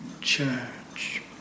Church